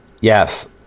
Yes